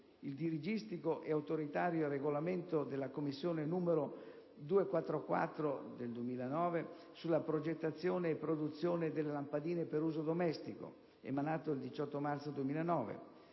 il dirigistico ed autoritario regolamento della Commissione n. 244/09 sulla progettazione e produzione delle lampadine per uso domestico, emanato il 18 marzo 2009